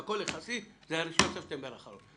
היה הראשון לספטמבר האחרון.